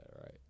right